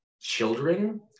Children